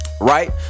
Right